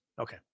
Okay